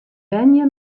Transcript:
wenje